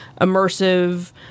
immersive